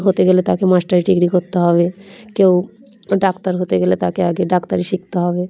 হতে গেলে তাকে মাস্টারি ডিগ্রি করতে হবে কেউ ডাক্তার হতে গেলে তাকে আগে ডাক্তারি শিখতে হবে